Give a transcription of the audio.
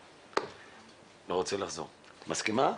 מסכימה?